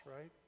right